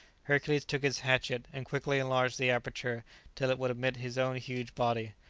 hercules took his hatchet, and quickly enlarged the aperture till it would admit his own huge body.